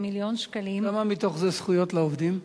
מיליון שקלים, כמה מתוך זה זכויות עובדים?